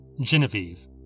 Genevieve